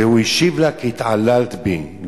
והוא השיב לה: כי התעללת בי.